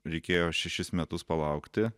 reikėjo šešis metus palaukti